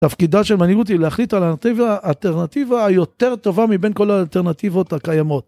תפקידה של מנהיגות, היא להחליט על האנטיבה... אלטרנטיבה היותר טובה מבין כל האלטרנטיבות הקיימות.